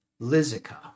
Lizica